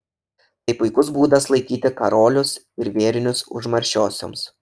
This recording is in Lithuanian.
tai puikus būdas laikyti karolius ir vėrinius užmaršiosioms